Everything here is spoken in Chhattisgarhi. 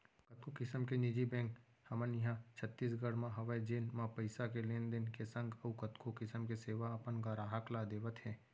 कतको किसम के निजी बेंक हमन इहॉं छत्तीसगढ़ म हवय जेन म पइसा के लेन देन के संग अउ कतको किसम के सेवा अपन गराहक ल देवत हें